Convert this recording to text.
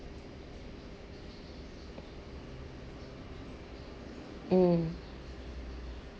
mm